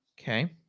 Okay